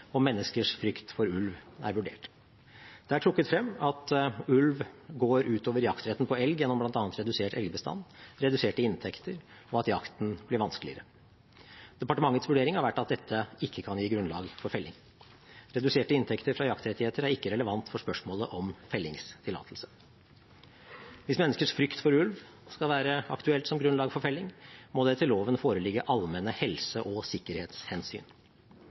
og menneskers frykt for ulv er vurdert. Det er trukket frem at ulv går ut over jaktretten på elg gjennom bl.a. redusert elgbestand, reduserte inntekter og at jakten blir vanskeligere. Departementets vurdering har vært at dette ikke kan gi grunnlag for felling. Reduserte inntekter fra jaktrettigheter er ikke relevant for spørsmålet om fellingstillatelse. Hvis menneskers frykt for ulv skal være aktuelt som grunnlag for felling, må det etter loven foreligge allmenne helse- og sikkerhetshensyn.